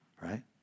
right